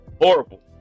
horrible